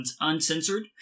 Uncensored